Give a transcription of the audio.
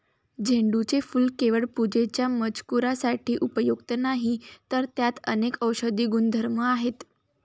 झेंडूचे फूल केवळ पूजेच्या मजकुरासाठी उपयुक्त नाही, तर त्यात अनेक औषधी गुणधर्म आहेत